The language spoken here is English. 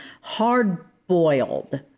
hard-boiled